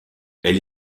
elle